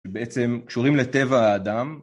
בעצם קשורים לטבע האדם.